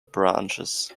branches